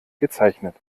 gezeichnet